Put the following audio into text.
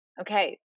Okay